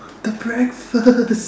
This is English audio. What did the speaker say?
the breakfast